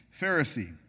Pharisee